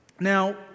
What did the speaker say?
Now